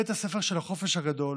בית הספר של החופש הגדול